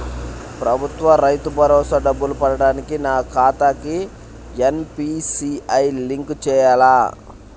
ప్రభుత్వ రైతు భరోసా డబ్బులు పడటానికి నా ఖాతాకి ఎన్.పీ.సి.ఐ లింక్ చేయాలా?